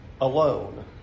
alone